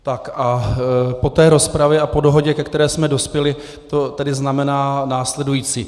Tak, po té rozpravě a po dohodě, ke které jsme dospěli, to tedy znamená následující.